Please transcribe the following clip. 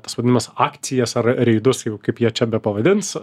tas vadinamas akcijas ar reidus jau kaip jie čia bepavadins